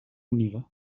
unida